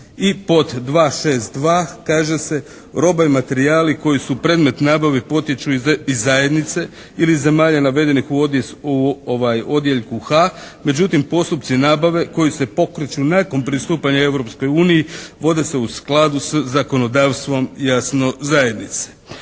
I pod 262. kaže se, roba i materijali koji su predmet nabave potiču iz zajednice ili zemalja navedenih u odjeljku H-a. Međutim, postupci nabave koji se pokreću nakon pristupanja Europskoj uniji vode se u skladu s zakonodavstvom jasno zajednice.